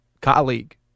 colleague